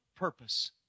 purpose